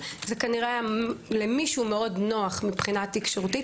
כנראה למישהו זה היה נוח מאוד מבחינה תקשורתית,